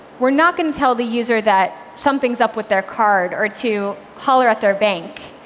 we're not going to tell the user that something's up with their card or to holler at their bank,